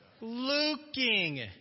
looking